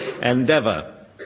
Endeavour